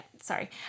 sorry